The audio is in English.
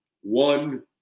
one